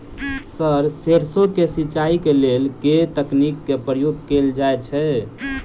Sir सैरसो केँ सिचाई केँ लेल केँ तकनीक केँ प्रयोग कैल जाएँ छैय?